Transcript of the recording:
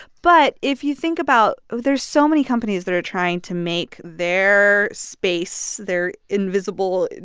but if you think about oh, there's so many companies that are trying to make their space, their invisible,